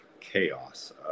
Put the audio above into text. chaos